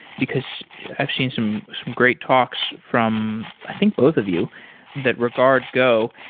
because i've seen some some great talks from i think both of you that regard go.